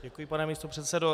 Děkuji, pane místopředsedo.